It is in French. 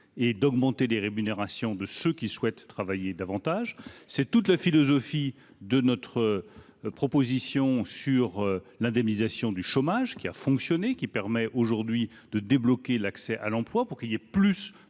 et d'augmenter les rémunérations de ceux qui souhaitent travailler davantage, c'est toute la philosophie de notre proposition sur l'indemnisation du chômage qui a fonctionné, qui permet aujourd'hui de débloquer l'accès à l'emploi pour qu'il y ait plus de